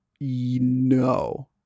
no